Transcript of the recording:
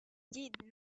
did